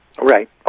Right